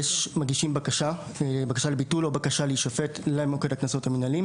מגישים בקשה לביטול או בקשה להישפט למוקד הקנסות המינהליים.